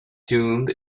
tomb